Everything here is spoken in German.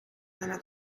deiner